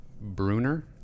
Bruner